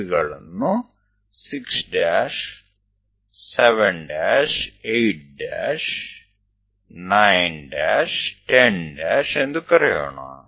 ಇವುಗಳನ್ನು 6 ' 7' 8 ' 9 10' ಎಂದು ಕರೆಯೋಣ